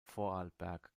vorarlberg